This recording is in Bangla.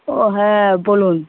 ও হ্যাঁ বলুন